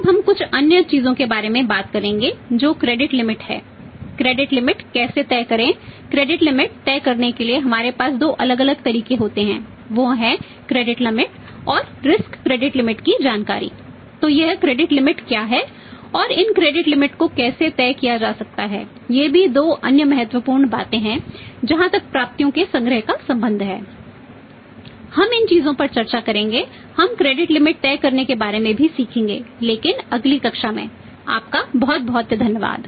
अब हम कुछ अन्य चीजों के बारे में भी बात करेंगे जो क्रेडिट लिमिट तय करने के बारे में भी सीखेंगे लेकिन अगली कक्षा में आपका बहुत बहुत धन्यवाद